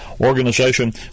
organization